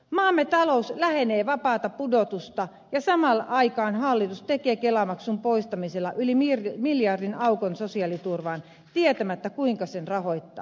maamme talous lähenee vapaata pudotusta ja samaan aikaan hallitus tekee kelamaksun poistamisella yli miljardin aukon sosiaaliturvaan tietämättä kuinka sen rahoittaa